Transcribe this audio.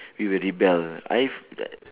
we will rebel I have